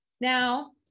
Now